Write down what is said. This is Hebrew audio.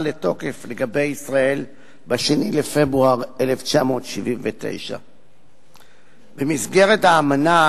לתוקף לגבי ישראל ב-2 בפברואר 1979. במסגרת האמנה,